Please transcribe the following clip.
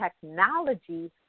technology